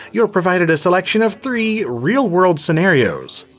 you're provided a selection of three real-world scenarios.